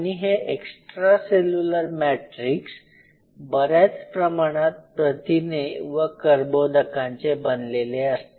आणि हे extracellular matrix बऱ्याच प्रमाणात प्रथिने व कर्बोदकांचे बनलेले असते